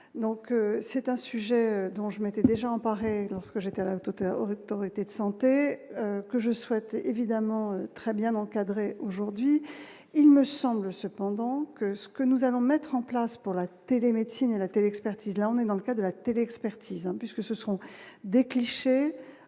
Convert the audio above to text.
donc c'est un sujet dont je m'étais déjà emparé lorsque j'étais un total autorité de santé que je souhaite évidemment très bien encadré, aujourd'hui il me semble cependant que ce que nous allons mettre en place pour la télémédecine, médecine et la télé-expertise, là on est dans le cas de la télé-expertise en puisque ce sont des clichés